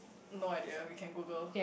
no idea we can google